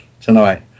tonight